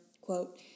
quote